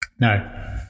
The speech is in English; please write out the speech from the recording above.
No